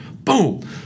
boom